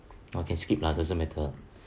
oh can skip lah doesn't matter